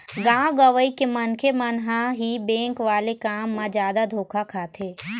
गाँव गंवई के मनखे मन ह ही बेंक वाले काम म जादा धोखा खाथे